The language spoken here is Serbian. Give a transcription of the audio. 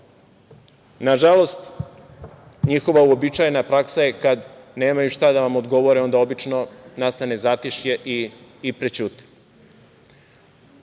Nažalost, njihova uobičajena praksa je kada nemaju šta da vam odgovore onda obično nastane zatišje i prećute. Dakle,